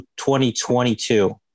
2022